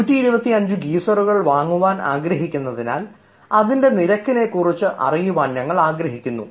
125 ഗീസറുകൾ വാങ്ങാൻ ആഗ്രഹിക്കുന്നതിനാൽ അതിൻറെ നിരക്കിനെക്കുറിച്ച് അറിയാൻ ഞങ്ങൾ ആഗ്രഹിക്കുന്നു